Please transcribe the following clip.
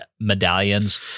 medallions